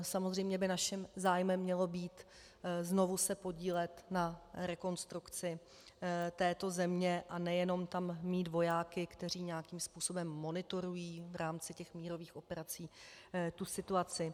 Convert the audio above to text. Samozřejmě by naším zájmem mělo být znovu se podílet na rekonstrukci této země a nejenom tam mít vojáky, kteří nějakým způsobem monitorují v rámci mírových operací tu situaci.